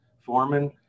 foreman